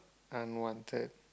unwanted